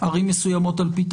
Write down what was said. ערים מסוימות על פי תחלואה?